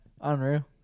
Unreal